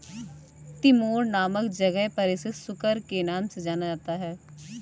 Timor नामक जगह पर इसे सुकर के नाम से जाना जाता है